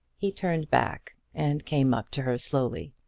he turned back, and came up to her slowly.